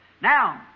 Now